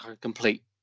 complete